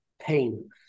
pain